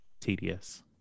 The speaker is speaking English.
tedious